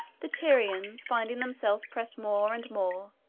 the tyrians, finding themselves pressed more and more,